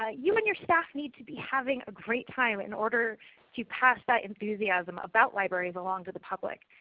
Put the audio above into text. ah you and your staff need to be having a great time in order to pass that enthusiasm about libraries along to the public.